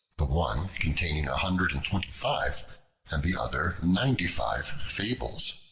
the one containing a hundred and twenty-five, and the other ninety-five fables.